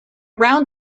round